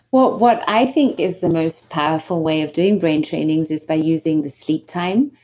well, what i think is the most powerful way of doing brain training is is by using the sleep time,